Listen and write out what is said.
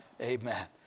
Amen